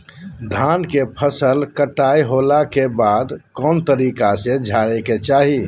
धान के फसल कटाई होला के बाद कौन तरीका से झारे के चाहि?